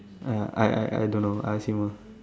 I I I I I don't know I assume one